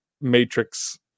matrix